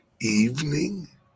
evening